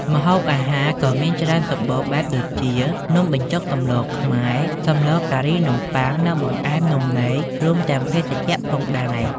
ម្ហូបអាហារក៏មានច្រើនសម្បូរបែប ដូចជា នំបញ្ចុកសម្លខ្មែរ សម្លការីនំបុ័ង និងបង្អែមនំនែក រួមទាំងភេសជ្ជៈផងដែរ។